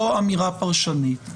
זו אמירה פרשנית -- אידיאולוגית.